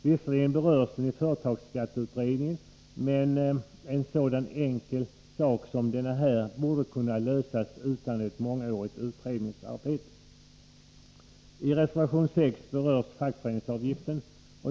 Visserligen berörs den i företagsskatteutredningen, men en så enkel sak som denna borde kunna lösas utan ett mångårigt utredningsarbete. I reservation 6 berörs fackföreningsavgiften.